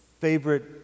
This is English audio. favorite